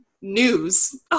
news